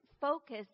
focus